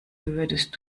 würdest